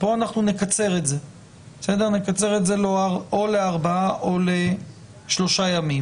פה אנחנו נקצר את זה או לארבעה או לשלושה ימים.